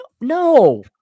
No